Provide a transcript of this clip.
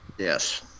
Yes